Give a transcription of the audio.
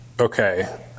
okay